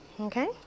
okay